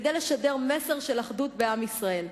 כדי לשדר מסר של אחדות בעם ישראל,